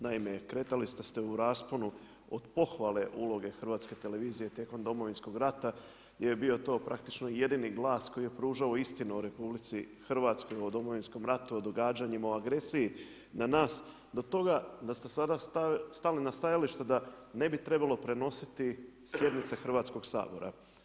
Naime, kretali ste se u rasponu od pohvale uloge Hrvatske televizije tijekom Domovinskog rata gdje je to bio praktično jedini glas koji je pružao istinu o Republici Hrvatskoj, o Domovinskom ratu, o događanjima, o agresiji na nas do toga da ste sada stali na stajalište da ne bi trebalo prenositi sjednice Hrvatskog sabora.